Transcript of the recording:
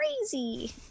crazy